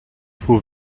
faut